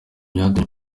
byatumye